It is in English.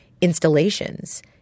installations